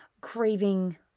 craving